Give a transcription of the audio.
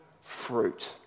fruit